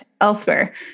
elsewhere